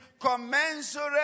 commensurate